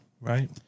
Right